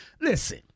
listen